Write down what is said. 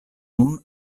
nun